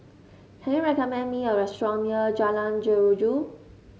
can you recommend me a restaurant near Jalan Jeruju